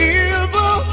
evil